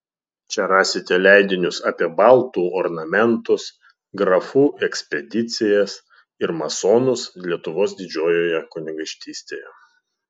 čia rasite leidinius apie baltų ornamentus grafų ekspedicijas ir masonus lietuvos didžiojoje kunigaikštystėje